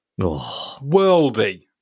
Worldy